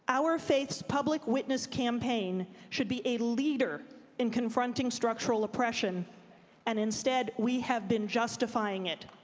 our faith's public witness campaign should be a leader in confronting structural oppression and instead we have been justifying it.